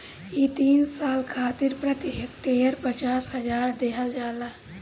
इ तीन साल खातिर प्रति हेक्टेयर पचास हजार देहल जाला